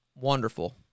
Wonderful